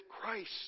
Christ